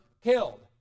killed